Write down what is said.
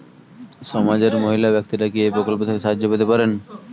সমাজের মহিলা ব্যাক্তিরা কি এই প্রকল্প থেকে সাহায্য পেতে পারেন?